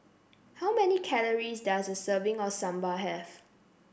how many calories does a serving of Sambar have